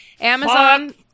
Amazon